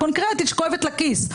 ענישה קונקרטית שכואבת לכיס.